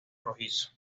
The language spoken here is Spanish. rojizo